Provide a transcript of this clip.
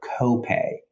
copay